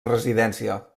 residència